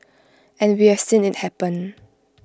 and we have seen IT happen